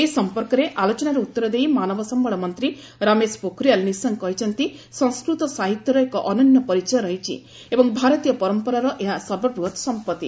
ଏ ସମ୍ପର୍କିତ ଆଲୋଚନାର ଉତ୍ତର ଦେଇ ମାନବ ସମ୍ଭଳ ମନ୍ତ୍ରୀ ରମେଶ ପୋଖରିଆଲ୍ ନିଶଙ୍କ କହିଛନ୍ତି ସଂସ୍କୃତ ସାହିତ୍ୟର ଏକ ଅନନ୍ୟ ପରିଚୟ ରହିଛି ଏବଂ ଭାରତୀୟ ପରମ୍ପରାର ଏହା ସର୍ବବୃହତ ସମ୍ପର୍ତି